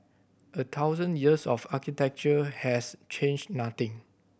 a thousand years of architecture has changed nothing